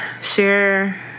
share